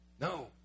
No